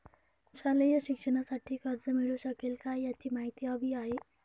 शालेय शिक्षणासाठी कर्ज मिळू शकेल काय? याची माहिती हवी आहे